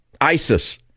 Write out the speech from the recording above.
isis